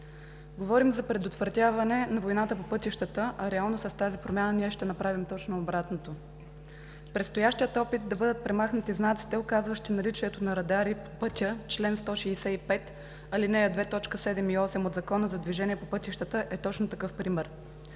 Говорим за предотвратяване на войната по пътищата, а реално с тази промяна ние ще направим точно обратното. Предстоящият опит да бъдат премахнати знаците, указващи наличието на радари по пътя – чл. 165, ал. 2, т. 7 и 8 от Закона за движение по пътищата е точно такъв пример.